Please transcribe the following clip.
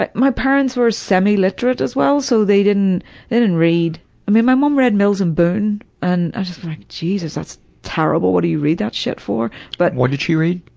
like my parents were semi-literate as well, so they didn't they didn't read i mean my mum read mills and boon and i'm just like, jesus, that's terrible, what do you read that shit for? but what did she read?